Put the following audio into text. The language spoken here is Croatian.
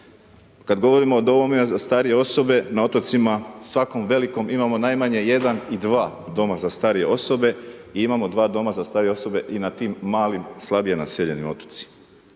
Kad govorimo o domovima za starije osobe na otocima svakom velikom, imamo najmanje jedan, dva doma za starije osobe, imamo dva doma za starije osobe i na tim malim, slabije naseljenim otocima.